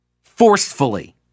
forcefully